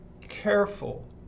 careful